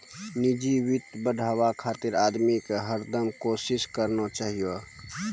निजी वित्त बढ़ाबे खातिर आदमी के हरदम कोसिस करना चाहियो